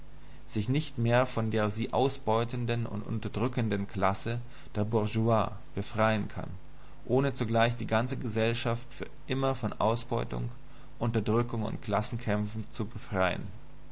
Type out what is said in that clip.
sich nicht mehr von der sie ausbeutenden und unterdrückenden klasse der bourgeoisie befreien kann ohne zugleich die ganze gesellschaft für immer von ausbeutung unterdrückung und klassenkämpfen zu befreien